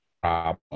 problem